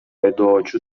айдоочу